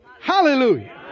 Hallelujah